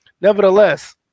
Nevertheless